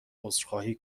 عذرخواهی